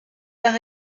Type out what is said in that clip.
par